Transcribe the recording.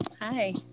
Hi